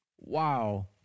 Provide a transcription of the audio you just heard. Wow